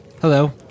Hello